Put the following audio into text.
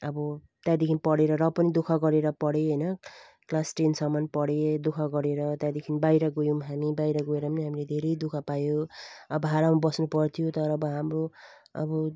अब त्यहाँदेखिन् पढेर र पनि दुख गरेर पढेँ हैन क्लास टेनसम्मन पढेँ दुख गरेर त्यहाँदेखिन् बाहिर गयौँ हामी बाहिर गएर पनि हामीले धेरै दुख पायौँ अब भारामा बस्नुपर्थ्यो तर अब हाम्रो अब